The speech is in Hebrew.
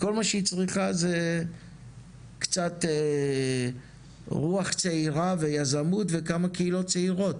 וכל מה שהיא צריכה זה קצת רוח צעירה ויזמות וכמה קהילות צעירות.